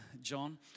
John